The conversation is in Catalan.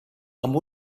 amb